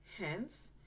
Hence